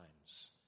times